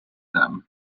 them